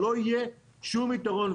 שלא יהיה שום יתרון,